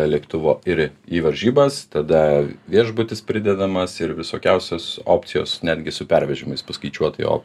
lėktuvo ir į varžybas tada viešbutis pridedamas ir visokiausios opcijos netgi su pervežimais paskaičiuotai o